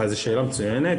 זו שאלה מצוינת.